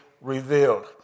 revealed